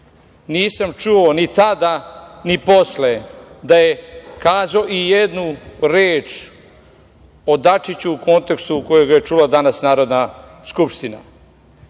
Nisam čuo ni tada, ni posle da je kazao ijednu reč o Dačiću u kontekstu u kojem ga je čula danas Narodna skupština. Sramota